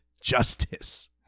Justice